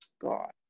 God